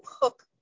hook